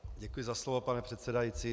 Děkuji za slovo, pane předsedající.